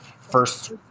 first